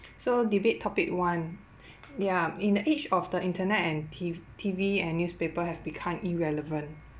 so debate topic one ya in the age of the internet and t~ T_V and newspaper have become irrelevant